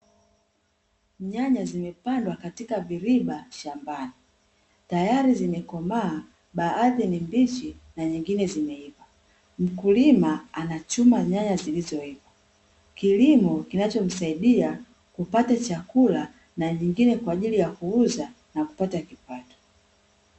Nyanya zimepandwa katika viriba shambani, tayari zimekomaa baadhi ni mbichi na nyingine zimeiva. Mkulima anachuma nyanya zilizoiva. Kilimo kinachomsaidia kupata chakula na nyingine kwa ajili ya kuuza na kupata kipato.